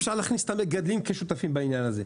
אפשר להכניס את המגדלים כשותפים בעניין הזה.